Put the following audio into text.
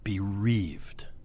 bereaved